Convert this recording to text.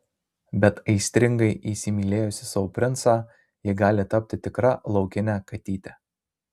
bet aistringai įsimylėjusi savo princą ji gali tapti tikra laukine katyte